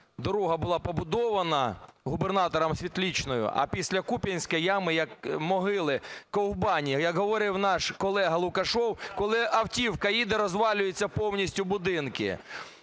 дорога була побудована губернатором Світличною, а після Куп'янська ями як могили, ковбані? Як говорив наш колега Лукашев, коли автівка їде, розвалюються повністю будинки.